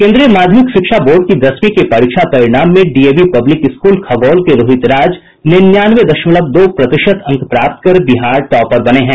केंद्रीय माध्यमिक शिक्षा बोर्ड की दसवीं के परीक्षा परिणाम में डीएवी पब्लिक स्कूल खगौल के रोहित राज निन्यानवे दशमलव दो प्रतिशत अंक प्राप्त कर बिहार टॉपर बने हैं